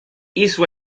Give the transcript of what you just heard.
isso